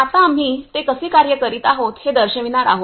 आता आम्ही ते कसे कार्य करीत आहोत हे दर्शवणार आहोत